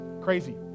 crazy